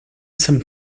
some